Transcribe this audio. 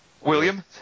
William